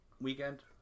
weekend